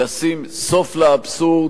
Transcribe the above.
לשים סוף לאבסורד,